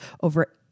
over